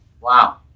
Wow